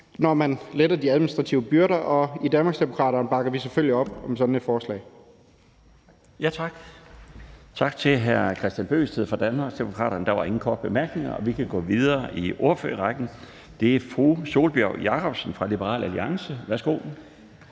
når man letter de administrative byrder, og i Danmarksdemokraterne bakker vi selvfølgelig op om sådan et forslag. Kl. 13:12 Den fg. formand (Bjarne Laustsen): Tak til hr. Kristian Bøgsted fra Danmarksdemokraterne. Der var ingen korte bemærkninger, og vi kan gå videre i ordførerrækken. Det er fru Sólbjørg Jakobsen fra Liberal Alliance. Værsgo.